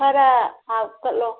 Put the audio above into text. ꯈꯔ ꯍꯥꯞꯀꯠꯂꯣ